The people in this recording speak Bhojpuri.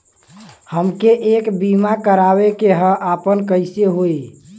हमके एक बीमा करावे के ह आपन कईसे होई?